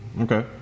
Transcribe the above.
Okay